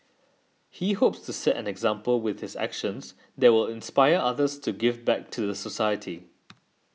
he hopes to set an example with his actions that will inspire others to give back to the society